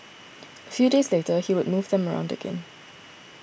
a few days later he would move them around again